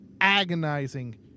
agonizing